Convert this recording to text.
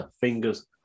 Fingers